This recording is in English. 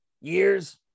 Years